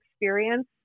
experience